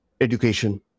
education